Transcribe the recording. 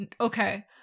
okay